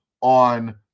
on